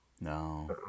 No